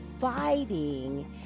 fighting